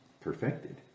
perfected